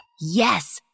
Yes